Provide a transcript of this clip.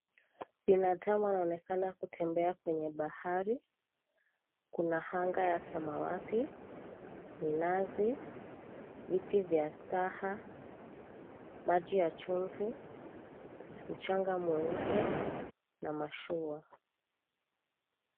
Binadamu anaonekana kutembea kwenye bahari, kuna angaa ya samawati, minazi viti vya staha, maji ya chumvi, mchanga mweupe na mashua.